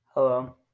Hello